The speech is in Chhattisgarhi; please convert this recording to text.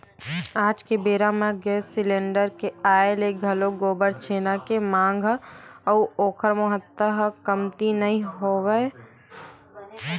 आज के बेरा म गेंस सिलेंडर के आय ले घलोक गोबर छेना के मांग ह अउ ओखर महत्ता ह कमती नइ होय हवय